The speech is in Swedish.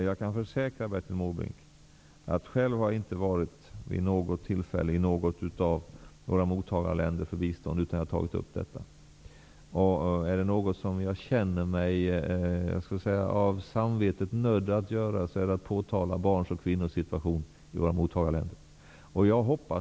Jag kan försäkra Bertil Måbrink att jag själv inte vid något tillfälle har varit i något av våra mottagarländer för bistånd utan att ha tagit upp detta. Är det något som jag känner mig av samvetet nödd att göra är det att påtala barns och kvinnors situation i våra mottagarländer.